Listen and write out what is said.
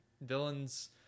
villains